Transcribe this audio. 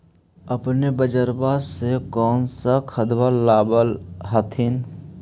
अपने बजरबा से कौन सा खदबा लाब होत्थिन?